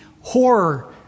horror